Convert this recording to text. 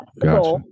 gotcha